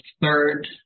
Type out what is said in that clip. third